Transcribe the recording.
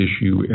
issue